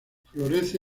florece